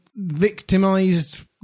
victimized